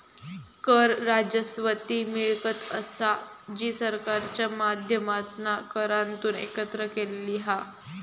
कर राजस्व ती मिळकत असा जी सरकारच्या माध्यमातना करांतून एकत्र केलेली हा